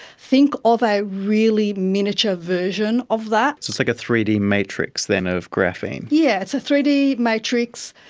think of a really miniature version of that. so it's like a three d matrix then of graphene. yes, yeah it's a three d matrix,